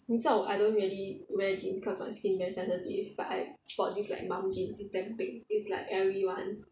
你知道 I don't really wear jeans cause my skin very sensitive but I bought this like Mauve jeans it's damn big it's like airy [one]